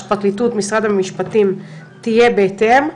הפרקליטות ומשרד המשפטים תהיה בהתאם.